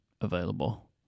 available